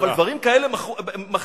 אבל דברים כאלה מכריעים,